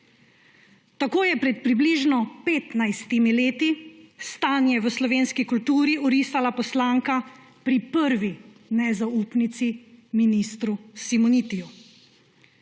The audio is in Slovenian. Tako je pred približno 15 leti stanje v slovenski kulturi orisala poslanka pri prvi nezaupnici ministru Simonitiju.